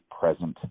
present